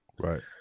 Right